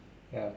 ya